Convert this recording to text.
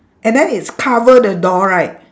and then it's cover the door right